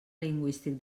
lingüístic